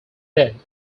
then